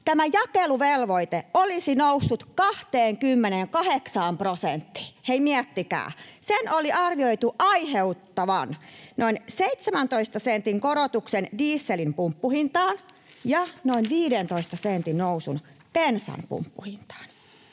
tämä jakeluvelvoite olisi noussut 28 prosenttiin. Hei, miettikää: sen oli arvioitu aiheuttavan noin 17 sentin korotuksen dieselin pumppuhintaan ja noin 15 sentin nousun bensan pumppuhintaan.